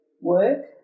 work